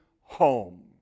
home